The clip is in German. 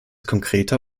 konkreter